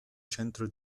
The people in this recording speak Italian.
centro